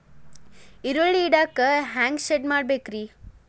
ಈರುಳ್ಳಿ ಇಡಾಕ ಹ್ಯಾಂಗ ಶೆಡ್ ಮಾಡಬೇಕ್ರೇ?